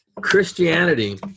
Christianity